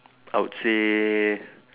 I would say